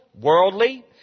worldly